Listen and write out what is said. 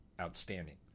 outstanding